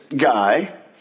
guy